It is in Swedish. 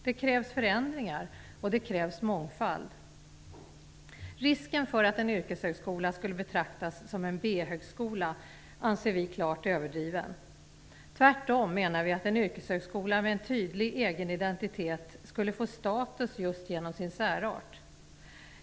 Det krävs förändringar, och det krävs mångfald. Risken för att en yrkeshögskola skulle betraktas som en B-högskola anser vi är klart överdriven. Tvärtom menar vi att en yrkeshögskola med en tydlig egen identitet skulle få status just genom sin särart.